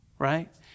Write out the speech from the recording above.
right